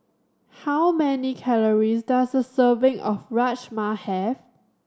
how many calories does a serving of Rajma have